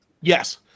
yes